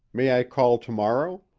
may i call to-morrow?